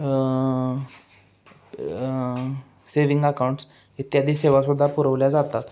saving accounts इत्यादी सेवासुद्धा पुरवल्या जातात